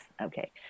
okay